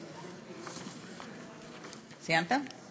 סיימת?